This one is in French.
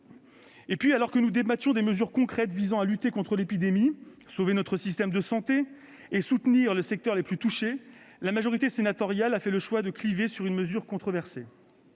Enfin, alors que nous débattions des mesures concrètes visant à lutter contre l'épidémie, sauver notre système de santé et soutenir les secteurs les plus touchés, la majorité sénatoriale a fait le choix de cliver sur une mesure controversée.